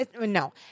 no